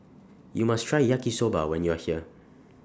YOU must Try Yaki Soba when YOU Are here